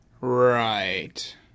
Right